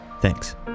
Thanks